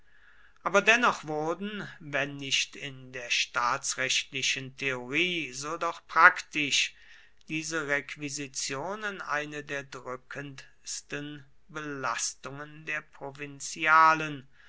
aber dennoch wurden wenn nicht in der staatsrechtlichen theorie so doch praktisch diese requisitionen eine der drückendsten belastungen der provinzialen